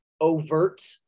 overt